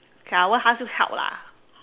okay lah I won't ask you help lah